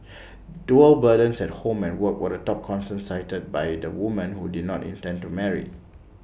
dual burdens at home and work were the top concern cited by the women who did not intend to marry